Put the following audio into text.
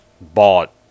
bought